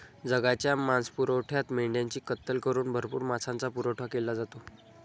जगाच्या मांसपुरवठ्यात मेंढ्यांची कत्तल करून भरपूर मांसाचा पुरवठा केला जातो